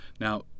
Now